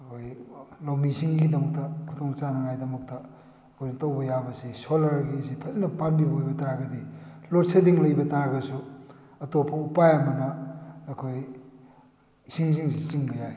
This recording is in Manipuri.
ꯑꯩꯈꯣꯏ ꯂꯧꯃꯤꯁꯤꯡꯒꯤꯗꯃꯛꯇ ꯈꯨꯗꯣꯡ ꯆꯥꯅꯉꯥꯏꯒꯤꯗꯃꯛꯇ ꯑꯩꯈꯣꯏꯅ ꯇꯧꯕ ꯌꯥꯕꯁꯦ ꯁꯣꯂꯔꯒꯤꯁꯤ ꯐꯖꯅ ꯄꯥꯟꯕꯤꯕ ꯑꯣꯏꯕ ꯇꯥꯔꯒꯗꯤ ꯂꯣꯗ ꯁꯦꯗꯤꯡ ꯂꯩꯕ ꯇꯥꯔꯒꯁꯨ ꯑꯇꯣꯞꯄ ꯎꯄꯥꯏ ꯑꯃꯅ ꯑꯩꯈꯣꯏ ꯏꯁꯤꯡꯁꯤꯡꯁꯤ ꯆꯤꯡꯕ ꯌꯥꯏ